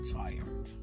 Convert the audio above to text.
tired